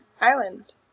Island